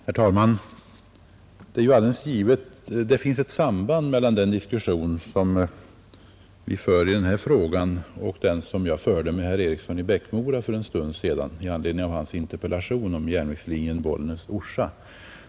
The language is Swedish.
Herr talman! Det är givet att det finns ett samband mellan den diskussion som vi för i denna fråga och den som jag för en stund sedan förde med herr Eriksson i Bäckmora i anledning av hans interpellation om nedläggningen av persontrafiken på järnvägslinjen Bollnäs—Orsa.